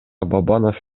бабанов